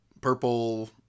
purple